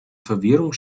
verwirrung